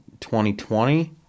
2020